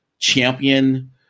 champion